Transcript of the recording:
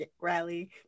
rally